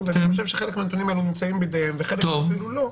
ואני חושב שחלק מהנתונים הרלוונטיים נמצאים בידיהם וחלק אפילו לא,